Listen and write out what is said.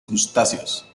crustáceos